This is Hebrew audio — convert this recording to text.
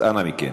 אז אנא מכם.